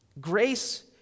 Grace